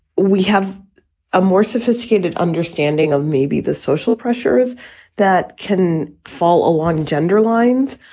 we have a more sophisticated understanding of maybe the social pressures that can fall along gender lines.